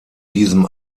diesem